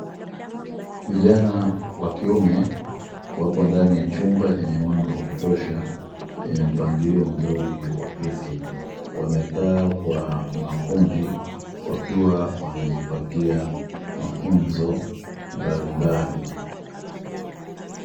Vijana wa kiume wapo ndani ya chumba chenye mwanga wa kutosha chenye mpangilio mzuri wa viti wamekaa kwa makundi wakiwa wanajipatia mafunzo mbalimbali.